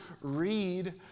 read